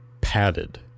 padded